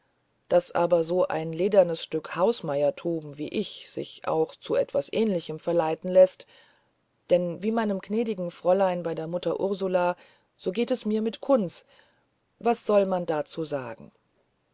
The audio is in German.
daß aber so ein ledernes stück hausmeiertum wie ich sich auch zu etwas ähnlichem verleiten läßt denn wie meinem gnädigen fräulein mit der mutter ursula so geht es mir mit kunz was soll man dazu sagen